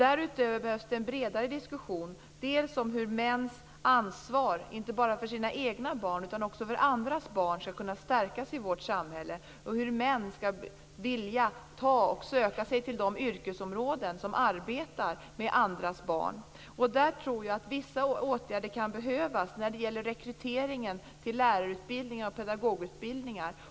Därutöver behövs det en bredare diskussion, dels för att mäns ansvar inte bara för sina egna barn utan även för andras barn skall kunna stärkas i vårt samhälle, dels för att män skall vilja söka sig till de yrkesområden där man arbetar med andras barn. Jag tror att det behövs vissa åtgärder när det gäller rekryteringen till lärarutbildningen och pedagogutbildningar.